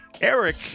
Eric